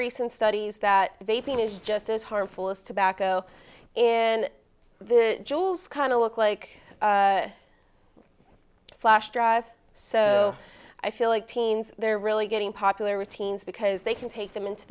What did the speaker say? recent studies that they've been is just as harmful as tobacco and the jewels kind of look like flash drive so i feel like teens they're really getting popular with teens because they can take them into